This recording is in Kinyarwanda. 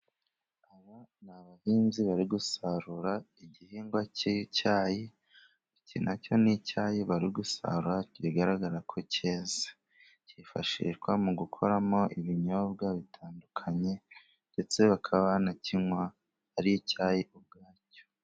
Aba ni abahinzi bari gusarura igihingwa cy'icyayi, nacyo ni icyayi bari gusarura kigaragara ko cyeze, kifashishwa mu gukoramo ibinyobwa bitandukanye, ndetse bakaba banakinywa ari icyayi ubwacyo.